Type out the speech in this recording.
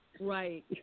Right